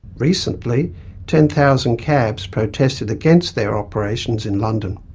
recently ten thousand cabs protested against their operations in london.